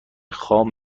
خام